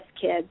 kids